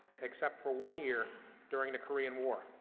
except for one year during the korean war.